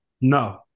No